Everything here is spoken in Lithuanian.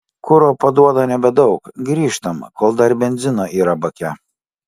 kuro paduoda nebedaug grįžtam kol dar benzino yra bake